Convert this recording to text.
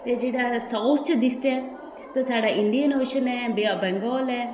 ते जेह्ड़ा साऊथ च दिक्खचै ते साढ़े इंडियन आशियन ऐ वे ऑफ बंगाल ऐ